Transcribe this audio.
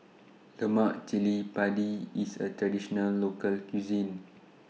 Lemak Cili Padi IS A Traditional Local Cuisine